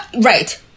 Right